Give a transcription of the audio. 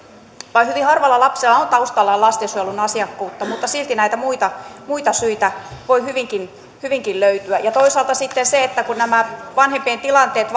vain hyvin harvalla lapsella on taustalla lastensuojelun asiakkuutta mutta silti näitä muita muita syitä voi hyvinkin hyvinkin löytyä toisaalta sitten kun nämä vanhempien tilanteet